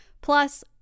Plus